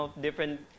different